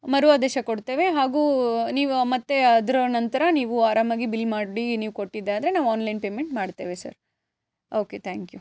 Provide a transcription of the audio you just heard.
ಮರು ಆದೇಶ ಕೊಡ್ತೇವೆ ಹಾಗೂ ನೀವು ಮತ್ತೆ ಅದ್ರ ನಂತರ ನೀವು ಅರಾಮಾಗಿ ಬಿಲ್ ಮಾಡಿ ನೀವು ಕೊಟ್ಟಿದ್ದೇ ಆದರೆ ನಾವು ಆನ್ಲೈನ್ ಪೇಮೆಂಟ್ ಮಾಡ್ತೇವೆ ಸರ್ ಓಕೆ ತ್ಯಾಂಕ್ ಯೂ